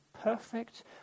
perfect